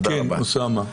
כן, אוסאמה.